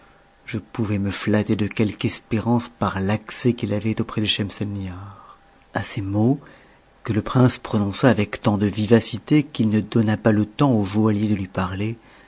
je pouvais me flatter de quelque espérance par l'accès qu'il avait auprès de schemselnihar n a ces mots que le prince prononça avec tant de vivacité qu'il ne donna pas le temps au joaillier de lui parler